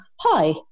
hi